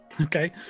Okay